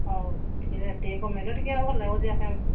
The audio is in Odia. ହଉ ଟିକେ ରେଟ୍ ଟିକେ କମେଇଲେ ଟିକେ ଆଉ ଭଲ ଲାଗିବ ଯିବାପାଇଁ ଆମକୁ